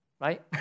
right